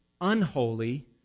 unholy